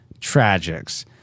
tragics